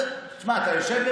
אתה יושב,